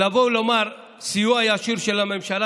לבוא ולומר: סיוע ישיר של הממשלה,